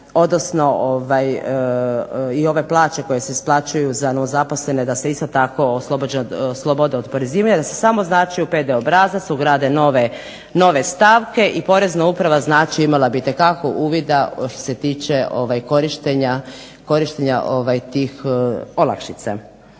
odnosno i ove plaće koje se isplaćuju za novozaposlene da se isto tako oslobode od oporezivanja. Da se samo znači u PD obrazac ugrade nove stavke i Porezna uprava znači imala bi itekako uvida što se tiče korištenja tih olakšica.